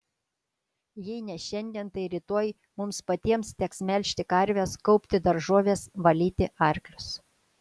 jei ne šiandien tai rytoj mums patiems teks melžti karves kaupti daržoves valyti arklius